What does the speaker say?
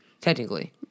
technically